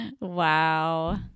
Wow